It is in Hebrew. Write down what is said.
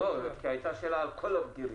הייתה שאלה על כל הבגירים.